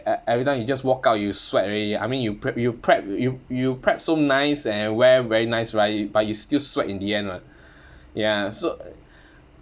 e~ every time you just walk out you sweat already I mean you prep you prep you you prep so nice and wear very nice right but you still sweat in the end [what] ya so